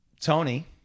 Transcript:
Tony